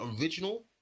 original